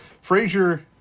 Frazier